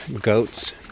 goats